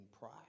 pride